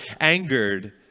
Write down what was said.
angered